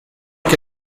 que